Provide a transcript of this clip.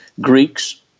Greeks